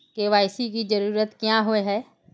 KYC की जरूरत क्याँ होय है?